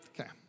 Okay